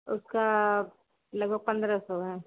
उसका लगभग पंद्रह सौ है